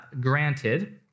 granted